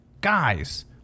guys